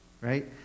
Right